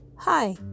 Hi